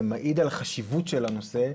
זה מעיד על החשיבות של הנושא,